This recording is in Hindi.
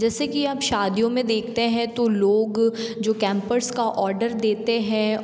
जैसे कि आप शादियों में देखते हैं तो लोग जो कैंपर्स का आर्डर देते हैं